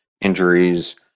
injuries